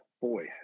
boy